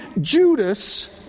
Judas